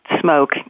smoke